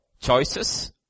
choices